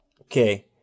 Okay